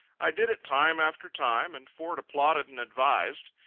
i did it time after time, and ford applauded and advised.